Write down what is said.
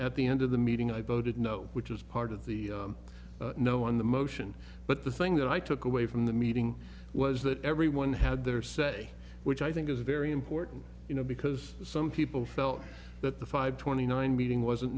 at the end of the meeting i voted no which is part of the no on the motion but the thing that i took away from the meeting was that everyone had their say which i think is very important you know because some people felt that the five twenty nine meeting wasn't